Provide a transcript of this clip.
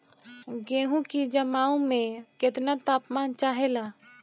गेहू की जमाव में केतना तापमान चाहेला?